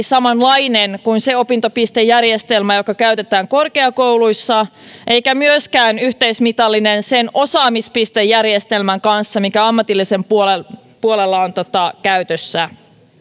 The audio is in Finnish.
samanlainen kuin se opintopistejärjestelmä jota käytetään korkeakouluissa eikä myöskään yhteismitallinen sen osaamispistejärjestelmän kanssa mikä ammatillisella puolella puolella on käytössä